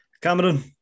Cameron